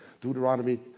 Deuteronomy